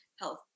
health